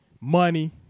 money